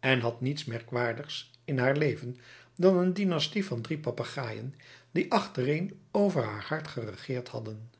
en had niets merkwaardigs in haar leven dan een dynastie van drie papegaaien die achtereen over haar hart geregeerd hadden